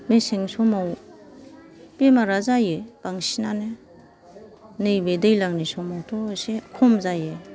मेसें समाव बेमारा जायो बांसिनानो नैबे दैलांनि समावथ' एसे खम जायो